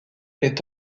est